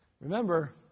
Remember